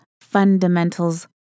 fundamentals